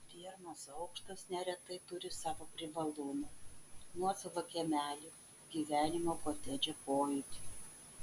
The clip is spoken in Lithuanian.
pirmas aukštas neretai turi savų privalumų nuosavą kiemelį gyvenimo kotedže pojūtį